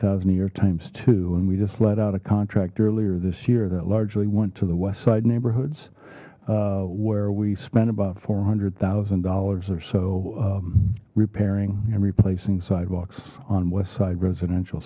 thousand a year times two and we just let out a contract earlier this year that largely went to the west side neighborhoods where we spent about four hundred thousand dollars or so repairing and replacing sidewalks on west side residential